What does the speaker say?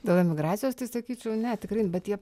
dėl emigracijos tai sakyčiau ne tikrai bet jie